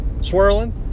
Swirling